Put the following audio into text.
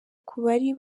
kubari